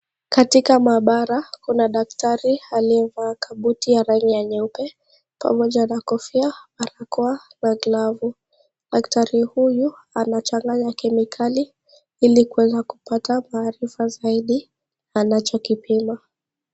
Katika maabara kuna daktari aliyevaa kabuti ya rangi ya nyeupe pamoja na Kofia, barakoa na glovu . Daktari huyu anachanganya kemikali ili kuweza kupata maarifa zaidi anachokipima.